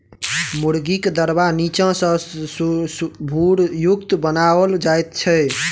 मुर्गीक दरबा नीचा सॅ भूरयुक्त बनाओल जाइत छै